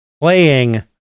playing